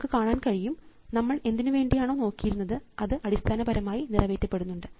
നിങ്ങൾക്ക് കാണാൻ കഴിയും നമ്മൾ എന്തിനുവേണ്ടിയാണോ നോക്കിയിരുന്നത് അത് അടിസ്ഥാനപരമായി നിറവേറ്റപ്പെടുന്നുണ്ട്